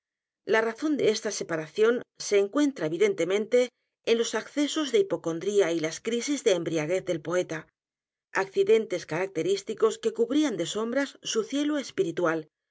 la razón de esta separación se encuentra evidentemente en los accesos de hipocondría y las crisis de embriaguez del poeta accidentes característicos que cubrían de sombras su cielo espiritual